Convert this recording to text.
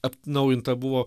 atnaujinta buvo